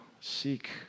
seek